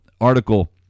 article